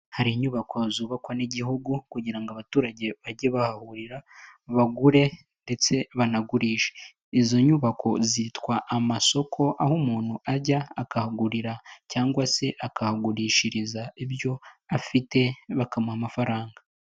Hari inyubako zubakwa n'igihugu kugira ngo abaturage bajye bahahurira bagure ndetse banagurishe, izo nyubako zitwa amasoko aho umuntu ajya akahagurira cyangwa se akahagurishiriza ibyo afite bakamuha amafaranga.